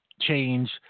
change